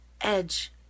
edge